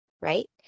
right